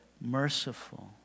merciful